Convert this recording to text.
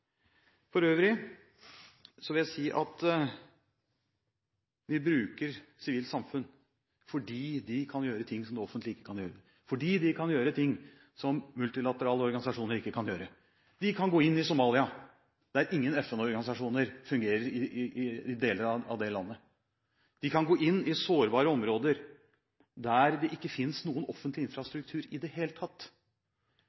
For øvrig vil jeg si at vi bruker sivilt samfunn fordi de kan gjøre ting som det offentlige ikke kan gjøre, fordi de kan gjøre ting som multilaterale organisasjoner ikke kan gjøre. De kan gå inn i de deler av Somalia der ingen FN-organisasjoner fungerer. De kan gå inn i sårbare områder der det ikke finnes noen offentlig